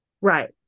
Right